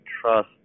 trust